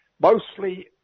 mostly